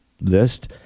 list